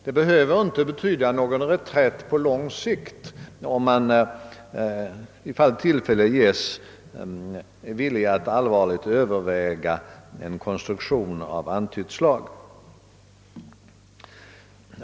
Det behöver inte betyda någon reträtt på lång sikt om man, ifall tillfälle ges, är villig överväga en konstruktion av antytt slag.